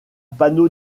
panneau